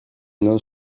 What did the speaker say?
non